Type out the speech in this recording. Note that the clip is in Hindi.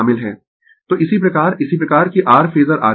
तो इसी प्रकार इसी प्रकार कि r फेजर आरेख है